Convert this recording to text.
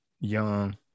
young